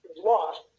lost